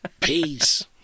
peace